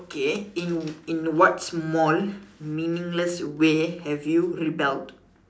okay in in what small meaningless ways have you rebelled